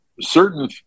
certain